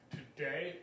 Today